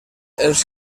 els